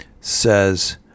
says